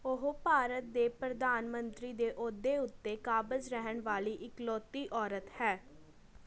ਉਹ ਭਾਰਤ ਦੇ ਪ੍ਰਧਾਨ ਮੰਤਰੀ ਦੇ ਅਹੁਦੇ ਉੱਤੇ ਕਾਬਜ਼ ਰਹਿਣ ਵਾਲੀ ਇਕਲੌਤੀ ਔਰਤ ਹੈ